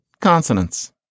consonants